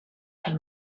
del